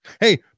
Hey